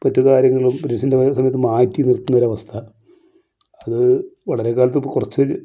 പൊതുവേ ആരെങ്കിലും പീരീഡ്സിൻ്റെ സമയത്ത് മാറ്റിനിർത്തുന്നൊരവസ്ഥ അത് വളരെ കാലത്ത് കുറച്ച്